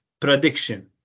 prediction